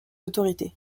autorités